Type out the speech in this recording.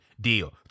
Deal